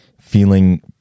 feeling